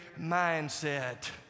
mindset